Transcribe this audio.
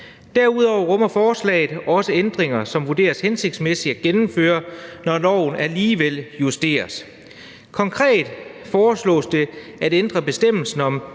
Derudover rummer forslaget ændringer, som det vurderes hensigtsmæssigt at gennemføre, når loven alligevel justeres. Konkret foreslås det at ændre bestemmelsen om